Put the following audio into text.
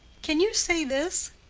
can you say this?